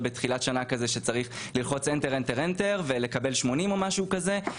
בתחילת שנה שצריך ללחוץ “Enter” ולקבל 80 או משהו כזה.